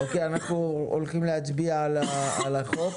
אנחנו הולכים להצביע על החוק.